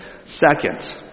Second